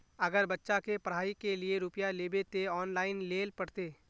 अगर बच्चा के पढ़ाई के लिये रुपया लेबे ते ऑनलाइन लेल पड़ते?